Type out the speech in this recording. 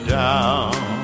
down